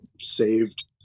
saved